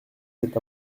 cet